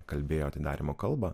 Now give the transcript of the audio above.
kalbėjo atidarymo kalbą